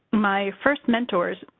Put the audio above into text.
my first mentors,